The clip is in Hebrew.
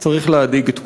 צריך להדאיג את כולנו,